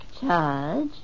Charge